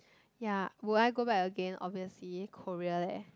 ya would I go back again obviously Korea leh